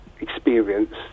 experience